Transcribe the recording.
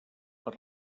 per